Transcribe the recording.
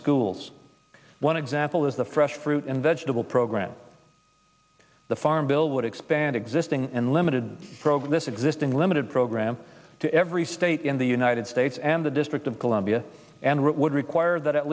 schools example is the fresh fruit and vegetable program the farm bill would expand existing unlimited this existing limited program to every state in the united states and the district of columbia would require that at